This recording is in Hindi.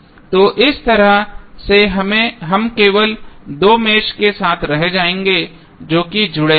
तो इस तरह से हम केवल दो मेषों के साथ रह जाएंगे जो कि जुड़े होंगे